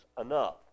enough